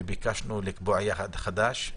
וביקשנו לקבוע יעד חדש.